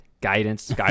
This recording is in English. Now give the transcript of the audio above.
guidance